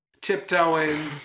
tiptoeing